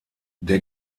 der